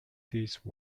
these